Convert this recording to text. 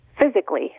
physically